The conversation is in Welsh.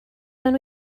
mewn